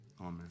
amen